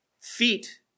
feet